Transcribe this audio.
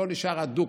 לא נשאר אדוק,